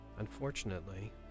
Unfortunately